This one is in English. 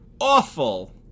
awful